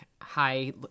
high